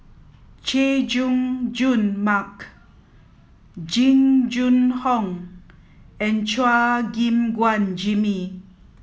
Chay Jung Jun Mark Jing Jun Hong and Chua Gim Guan Jimmy